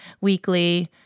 weekly